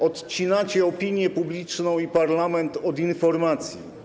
Odcinacie opinię publiczną i parlament od informacji.